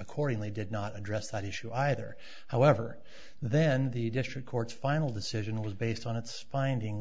accordingly did not address that issue either however then the district court's final decision was based on its finding